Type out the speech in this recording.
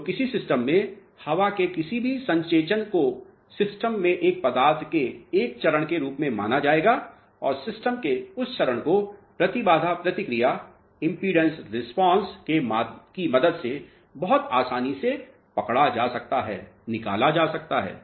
तो किसी सिस्टम में हवा के किसी भी संसेचन को सिस्टम में एक पदार्थ के एक चरण के रूप में माना जाएगा और सिस्टम के उस चरण को प्रतिबाधा प्रतिक्रिया की मदद से बहुत आसानी से पकड़ा जा सकता है